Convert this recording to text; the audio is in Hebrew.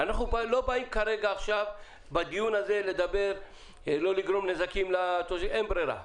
אנחנו לא באים בדיון הזה לדבר איך לא לגרום נזקים לתושבים אין ברירה.